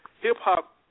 hip-hop